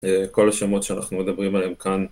כל השמות שאנחנו מדברים עליהם כאן